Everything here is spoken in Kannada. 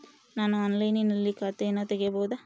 ನಾನು ಆನ್ಲೈನಿನಲ್ಲಿ ಖಾತೆಯನ್ನ ತೆಗೆಯಬಹುದಾ?